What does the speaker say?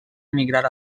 emigrar